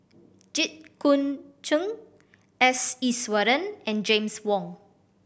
Jit Koon Ch'ng S Iswaran and James Wong